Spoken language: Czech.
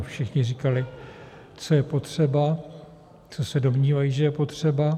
Všichni říkali, co je potřeba, co se domnívají, že je potřeba.